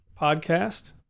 Podcast